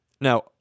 Now